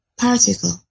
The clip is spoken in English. particle